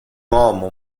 uomo